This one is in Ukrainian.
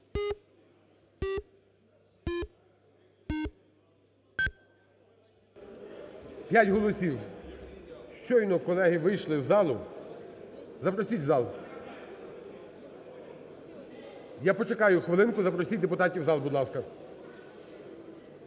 5 голосів. Щойно колеги вийшли із залу. Запросіть в зал. Я почекаю хвилинку, запросіть депутатів у зал, будь ласка.